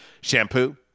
shampoo